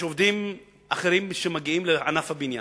יש עובדים אחרים שמגיעים לענף הבניין,